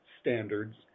standards